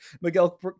Miguel